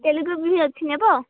ତେଲେଗୁ ବି ଅଛି ନେବ